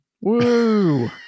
woo